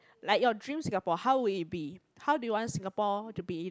like your dream Singapore how would it be how do you want Singapore to be